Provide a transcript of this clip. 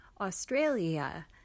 Australia